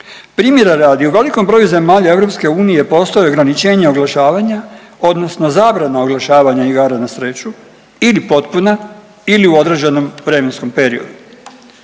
Primjera radi u velikom broju zemalja EU postoje ograničenja oglašavanja, odnosno zabrana oglašavanja igara na sreću ili potpuna ili u određenom vremenskom periodu.